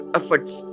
efforts